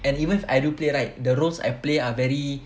and even if I do play right the roads I play are very